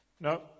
No